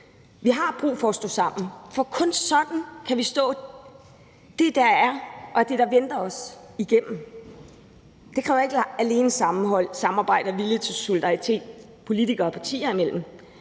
Vi har brug for at stå sammen, for kun sådan kan vi stå det, der er, og det, der venter os, igennem. Det kræver ikke alene sammenhold, samarbejde og vilje til solidaritet politikere og partier imellem;